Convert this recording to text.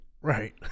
right